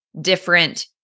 different